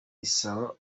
isaba